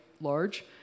large